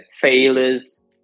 failures